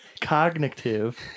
Cognitive